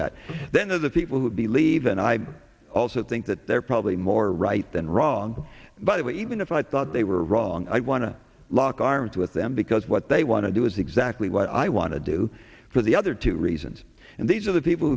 to the people who believe and i also think that they're probably more right than wrong but even if i thought they were wrong i want to lock arms with them because what they want to do is exactly what i want to do for the other two reasons and these are the people